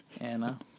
Anna